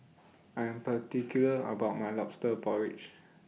I Am particular about My Lobster Porridge